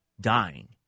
dying